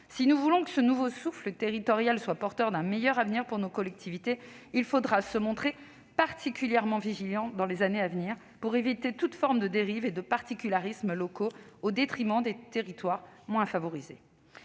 Si nous voulons que ce nouveau souffle territorial soit porteur d'un meilleur avenir pour nos collectivités, il faudra se montrer particulièrement vigilant dans les années à venir pour éviter toute forme de dérives et de particularismes locaux au détriment des territoires moins favorisés.